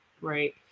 Right